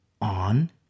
on